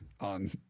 on